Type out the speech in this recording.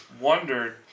wondered